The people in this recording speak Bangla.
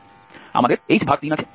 আমাদের h3 আছে